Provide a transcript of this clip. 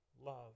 love